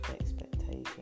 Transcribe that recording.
expectation